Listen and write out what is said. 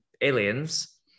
Aliens